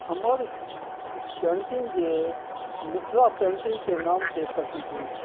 हमर पेन्टिंग जे मिथिला पेन्टिंगके नामसँ प्रचलित अछि